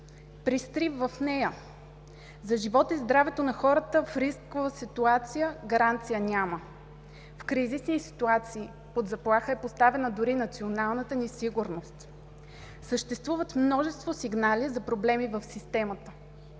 При срив в нея за живота и здравето на хората в рискова ситуация гаранция няма. В кризисни ситуации под заплаха е поставена дори националната ни сигурност! Съществуват множество сигнали за проблеми в система,